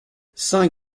saint